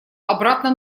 обратно